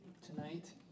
Tonight